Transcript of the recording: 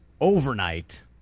Overnight